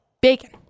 Bacon